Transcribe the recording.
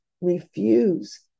refuse